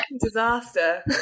disaster